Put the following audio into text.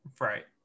Right